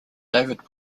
david